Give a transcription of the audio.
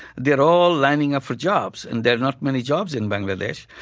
they're all lining up for jobs and there are not many jobs in bangladesh.